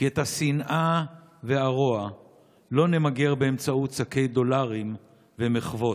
כי את השנאה והרוע לא נמגר באמצעות שקי דולרים ומחוות.